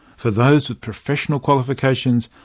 for those with professional qualifications,